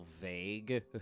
vague